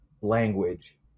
language